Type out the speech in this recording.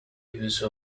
use